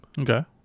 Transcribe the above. Okay